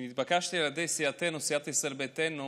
כשהתבקשתי על ידי סיעתנו, סיעת ישראל ביתנו,